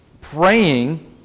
praying